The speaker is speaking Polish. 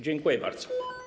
Dziękuję bardzo.